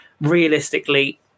Realistically